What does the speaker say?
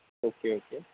okay okay